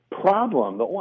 problem